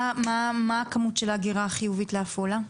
מה כמות ההגירה החיובית לעפולה?